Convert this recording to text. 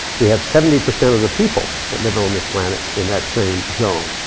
we have seventy percent of the people that live on this planet in that same zone.